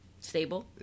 Stable